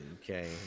Okay